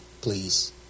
please